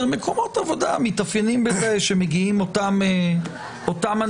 מקומות עבודה מתאפיינים בזה שמגיעים אותם אנשים,